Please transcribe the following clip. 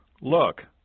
Look